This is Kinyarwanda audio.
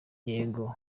yego